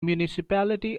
municipality